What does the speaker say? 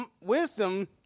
wisdom